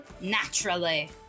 Naturally